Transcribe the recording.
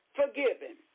forgiven